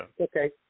Okay